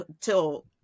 till